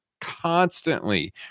constantly